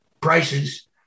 prices